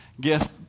gift